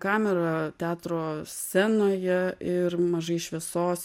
kamera teatro scenoje ir mažai šviesos